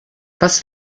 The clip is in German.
was